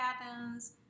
patterns